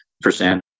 percent